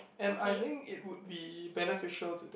and I think it would be beneficial to them